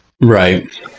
right